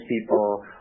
people